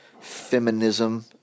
feminism